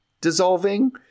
dissolving